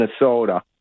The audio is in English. Minnesota